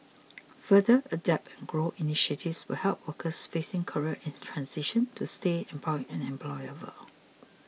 further Adapt and Grow initiatives will help workers facing career transitions to stay employed and employable